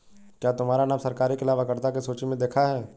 क्या तुम्हारा नाम सरकार की लाभकर्ता की सूचि में देखा है